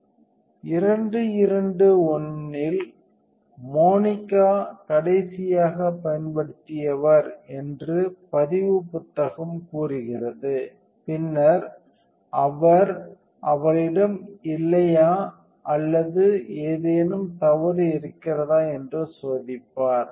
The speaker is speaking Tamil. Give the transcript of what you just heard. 221 இல் மோனிகா கடைசியாகப் பயன்படுத்தியவர் என்று பதிவு புத்தகம் கூறுகிறது பின்னர் அவர் அவளிடம் இல்லையா அல்லது ஏதேனும் தவறு இருக்கிறதா என்று சோதிப்பார்